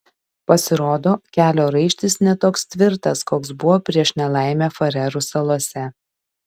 pasirodo kelio raištis ne toks tvirtas koks buvo prieš nelaimę farerų salose